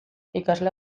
ikasle